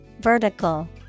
Vertical